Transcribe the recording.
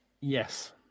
Yes